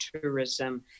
tourism